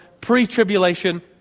pre-tribulation